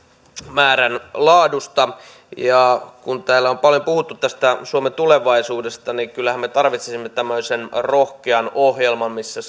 määrän laadusta kun täällä on paljon puhuttu tästä suomen tulevaisuudesta niin kyllähän me tarvitsisimme tämmöisen rohkean ohjelman missä